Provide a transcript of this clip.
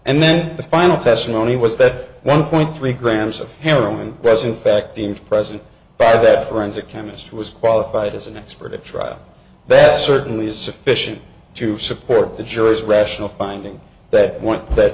and then the final testimony was that one point three grams of heroin present fact in present by that forensic chemist was qualified as an expert at trial best certainly is sufficient to support the jury's rational finding that one that